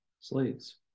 slaves